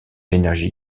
l’énergie